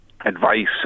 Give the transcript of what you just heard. advice